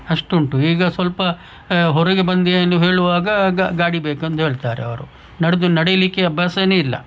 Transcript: ಅಷ್ಟು ಉಂಟು ಈಗ ಸ್ವಲ್ಪ ಹೊರಗೆ ಬಂದು ಏನು ಹೇಳುವಾಗ ಗಾಡಿ ಬೇಕಂದು ಹೇಳ್ತಾರೆ ಅವರು ನಡ್ದು ನಡಿಲಿಕ್ಕೆ ಅಭ್ಯಾಸನೇ ಇಲ್ಲ